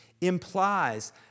implies